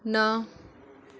ਨਾ